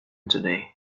today